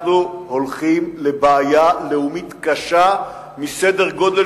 אנחנו הולכים לבעיה לאומית קשה בסדר-גודל